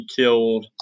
killed